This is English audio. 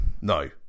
No